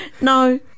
no